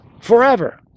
forever